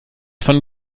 von